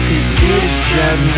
Decision